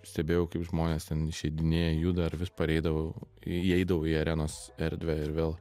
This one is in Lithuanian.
stebėjau kaip žmonės ten išeidinėja juda ar vis pareidavau įeidavau į arenos erdvę ir vėl